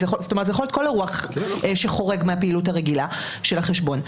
זה יכול להיות כל אירוע שחורג מהפעילות הרגילה של החשבון.